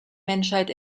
menschheit